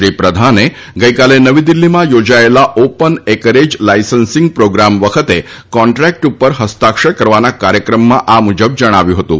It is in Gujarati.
શ્રી પ્રધાને ગઈકાલે નવી દિલ્ફીમાં યોજાયેલા ઓપન એકરેજ લાઈસન્સીંગ પ્રોગ્રામ વખતે કોન્ટ્રાક્ટ ઉપર ફસ્તાક્ષર કરવાના કાર્યક્રમમાં આ મુજબ જણાવ્યું હતું